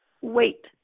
wait